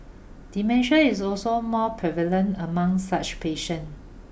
dementia is also more prevalent among such patient